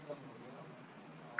और क्या होना चाहिए